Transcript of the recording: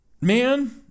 Man